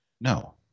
No